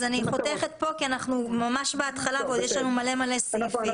אני חותכת פה כי אנחנו ממש בהתחלה ויש לנו עוד מלא מלא סעיפים.